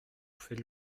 fait